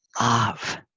love